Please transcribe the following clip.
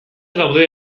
daude